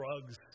drugs